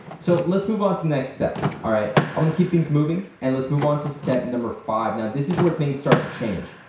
so, let's move on to the next step all right? i wanna keep things moving and let's move on to step number five. now this is where things start to change.